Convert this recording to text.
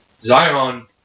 Zion